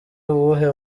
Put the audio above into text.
uwuhe